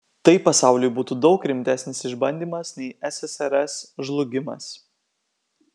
tai pasauliui būtų daug rimtesnis išbandymas nei ssrs žlugimas